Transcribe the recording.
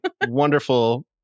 wonderful